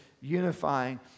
unifying